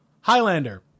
Highlander